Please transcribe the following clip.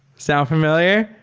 sound familiar?